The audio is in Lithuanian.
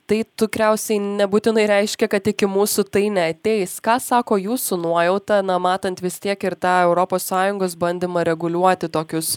tai tikriausiai nebūtinai reiškia kad iki mūsų tai neateis ką sako jūsų nuojauta na matant vis tiek ir tą europos sąjungos bandymą reguliuoti tokius